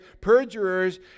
perjurers